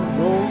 no